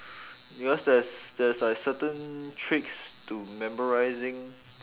because there's there's like certain tricks to memorising